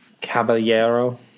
Caballero